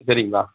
சரிங்களா